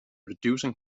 reducing